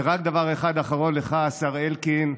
ורק דבר אחד אחרון לך, השר אלקין.